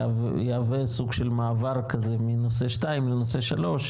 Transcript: זה סוג של מעבר כזה מנושא שני לנושא שלישי,